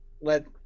let